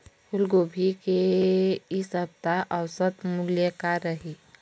फूलगोभी के इ सप्ता औसत मूल्य का रही?